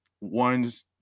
ones